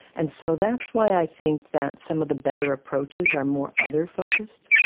and so that's why i think that some of the better approaches are more other-focused,